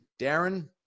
Darren